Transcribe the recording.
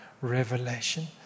revelation